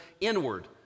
inward